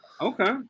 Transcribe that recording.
okay